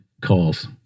calls